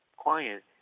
client